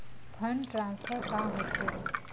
Fund transfer का होथे?